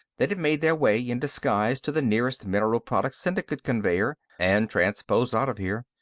they'd have made their way, in disguise, to the nearest mineral products syndicate conveyer and transposed out of here.